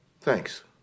Thanks